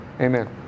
amen